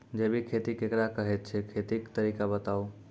जैबिक खेती केकरा कहैत छै, खेतीक तरीका बताऊ?